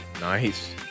Nice